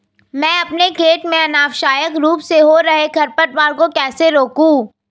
मैं अपने खेत में अनावश्यक रूप से हो रहे खरपतवार को कैसे रोकूं?